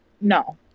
No